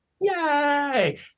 Yay